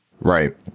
Right